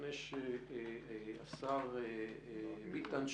לפני שהשר ביטון,